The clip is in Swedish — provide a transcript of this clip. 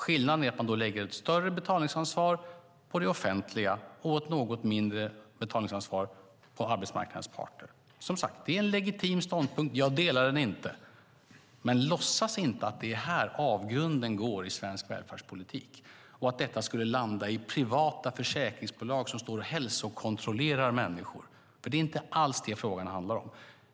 Skillnaden är att man lägger ett större betalningsansvar på det offentliga och ett något mindre betalningsansvar på arbetsmarknadens parter. Det är, som sagt, en legitim ståndpunkt. Jag delar den inte. Men låtsas inte att det är här avgrunden går i svensk välfärdspolitik och att detta skulle landa i privata försäkringsbolag som står och hälsokontrollerar människor! Det är inte alls det som frågan handlar om.